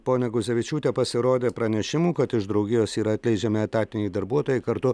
ponia guzevičiūte pasirodė pranešimų kad iš draugijos yra atleidžiami etatiniai darbuotojai kartu